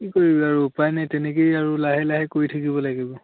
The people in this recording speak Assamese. কি কৰিবি আৰু উপায় নাই তেনেকৈয়ে আৰু লাহে লাহে কৰি থাকিব লাগিব